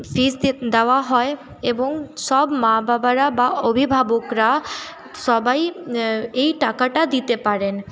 ফিজ দেওয়া হয় এবং সব মা বাবারা বা অভিভাবকরা সবাই এই টাকাটা দিতে পারেন